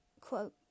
quote